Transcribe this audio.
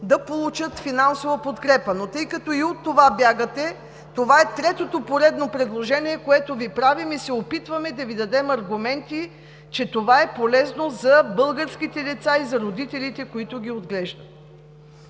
да получат финансова подкрепа. Но тъй като и от това бягате, това е третото поредно предложение, което Ви правим и се опитваме да Ви дадем аргументи, че това е полезно за българските деца и за родителите, които ги отглеждат.